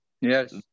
yes